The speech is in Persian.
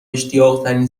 اشتیاقترین